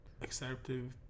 acceptive